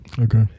Okay